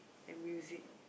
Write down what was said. and music